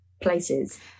places